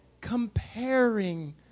comparing